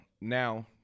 now